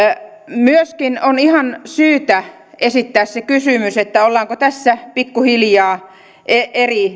myöskin on ihan syytä esittää kysymys ollaanko tässä pikkuhiljaa näillä eri